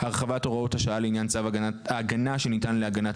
הרחבת הוראת השעה לעניין צו הגנה שניתן להגנת